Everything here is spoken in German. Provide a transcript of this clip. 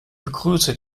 begrüße